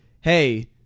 hey